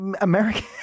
American